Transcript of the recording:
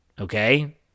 Okay